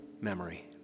memory